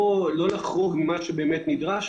ממה שבאמת נדרש,